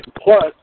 Plus